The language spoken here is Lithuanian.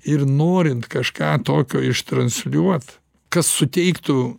ir norint kažką tokio ištransliuot kas suteiktų